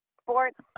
Sports